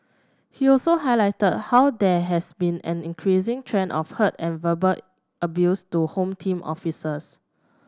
he also highlighted how there has been an increasing trend of hurt and verbal abuse to Home Team officers